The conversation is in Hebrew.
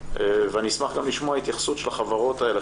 ואני אשמח גם לשמוע התייחסות של החברות האלה,